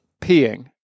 peeing